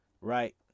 Right